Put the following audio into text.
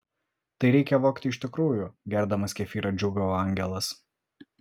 tai reikia vogti iš tikrųjų gerdamas kefyrą džiūgavo angelas